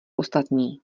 ostatní